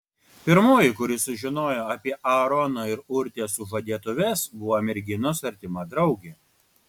pirmoji kuri sužinojo apie aarono ir urtės sužadėtuves buvo merginos artima draugė